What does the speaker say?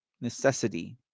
necessity